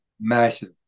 massive